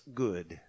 good